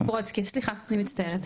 ברודסקי סליחה אני מצטערת.